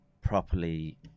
properly